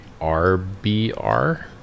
rbr